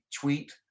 tweet